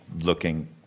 looking